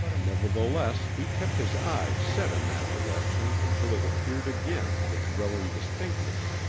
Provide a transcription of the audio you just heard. nevertheless, he kept his eyes set in that direction until it appeared again with growing distinctness.